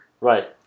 right